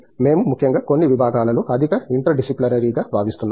మేము ముఖ్యంగా కొన్ని విభాగాలలో అధిక ఇంటర్ డిసిప్లినరీగా భావిస్తున్నాము